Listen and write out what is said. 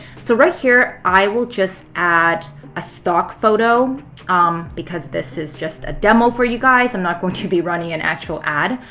so right here, i will just add a stock photo um because this is just a demo for you guys. i am not going to be running an actual ad.